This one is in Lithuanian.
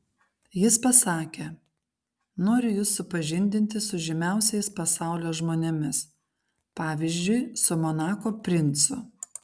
jis pasakė noriu jus supažindinti su žymiausiais pasaulio žmonėmis pavyzdžiui su monako princu